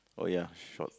oh ya sure